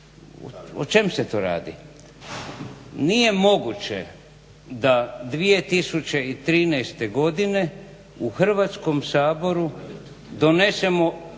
O čemu se tu radi? Nije moguće da 2013. godine u Hrvatskom saboru donesemo